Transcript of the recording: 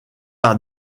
par